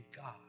God